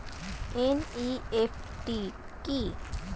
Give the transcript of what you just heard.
NEFT কি?